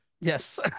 Yes